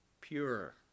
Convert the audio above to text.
pure